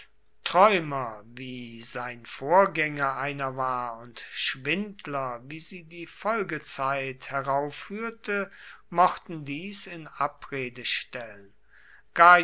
träumer wie sein vorgänger einer war und schwindler wie sie die folgezeit heraufführte mochten dies in abrede stellen